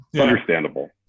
understandable